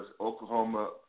Oklahoma